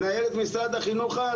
מנהלת משרד החינוך אז,